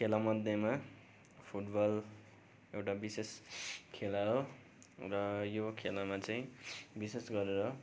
खेला मध्येमा फुटबल एउटा विशेष खेला हो र यो खेलामा चाहिँ विशेष गरेर